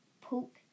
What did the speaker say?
Poke